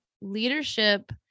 leadership